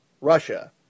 Russia